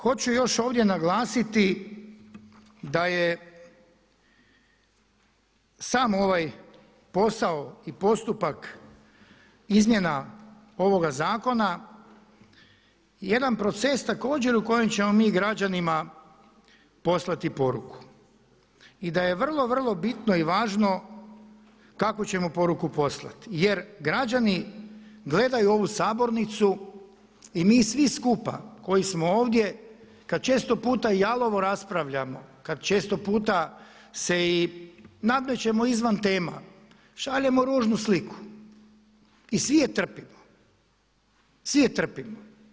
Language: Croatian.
Hoću još ovdje naglasiti da je sam ovaj posao i postupak izmjena ovoga zakona jedan proces također u kojem ćemo mi građanima poslati poruku i da je vrlo, vrlo bitno i važno kakvu ćemo poruku poslati jer građani gledaju ovu sabornicu i mi svi skupa koji smo ovdje kada često puta jalovo raspravljamo, kada se često puta nadmećemo izvan tema, šaljemo ružnu sliku i svi je trpimo.